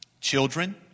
Children